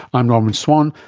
i'm norman swan,